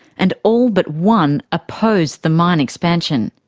and all but one opposed the mine expansion.